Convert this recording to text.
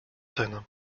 scène